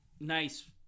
nice